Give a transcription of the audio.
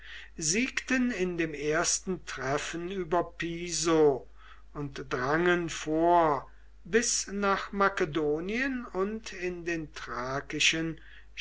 siegten indem ersten treffen über piso und drangen vor bis nach makedonien und in den thrakischen